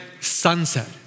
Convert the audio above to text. sunset